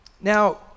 Now